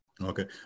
Okay